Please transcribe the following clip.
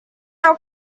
our